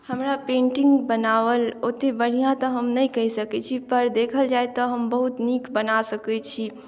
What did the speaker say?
हमरा पेन्टिंग बनाबल ओतेक बढ़िऑं तऽ हम नहि कहि सकैत छी पर देखल जाए तऽ हम बहुत नीक बनाए सकैत छी